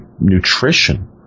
nutrition